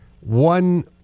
one